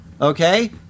Okay